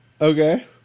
Okay